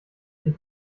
ich